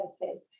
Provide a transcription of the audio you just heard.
services